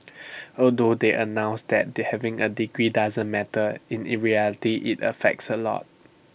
although they announced that they having A degree doesn't matter in IT reality IT affects A lot